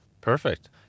perfect